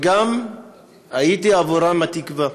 והייתי עבורם התקווה.